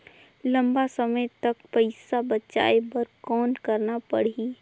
लंबा समय तक पइसा बचाये बर कौन करना पड़ही?